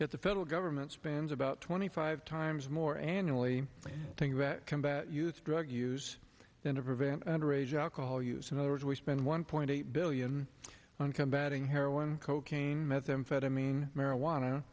yet the federal government spends about twenty five times more annually combat youth drug use and event under age alcohol use in other words we spend one point eight billion on combating heroin cocaine methamphetamine marijuana